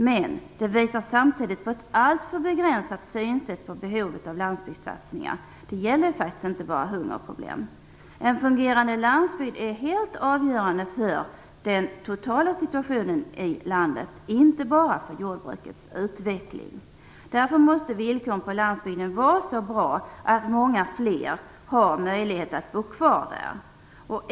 Men det visar samtidigt på ett alltför begränsat synsätt på behovet av landsbygdssatsningar. Det gäller faktiskt inte bara hungerproblem. En fungerande landsbygd är helt avgörande för den totala situationen i landet, inte bara för jordbrukets utveckling. Därför måste villkoren på landsbygden vara så bra att många flera har möjlighet att bo kvar där.